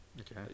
Okay